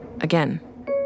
Again